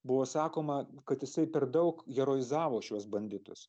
buvo sakoma kad jisai per daug heroizavo šiuos banditus